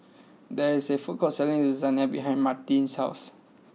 there is a food court selling Lasagna behind Martine's house